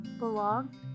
Belong